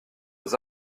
aux